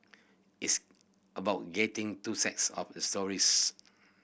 its about getting two sides of the stories